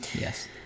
yes